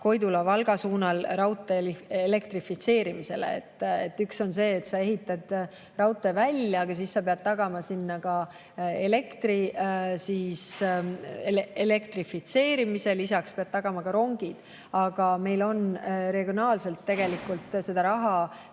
Koidula suunal raudtee elektrifitseerimisse. Üks asi on see, et sa ehitad raudtee välja, aga siis sa pead tagama sinna ka elektrifitseerimise, lisaks pead tagama ka rongid. Aga meil on regionaalselt seda raha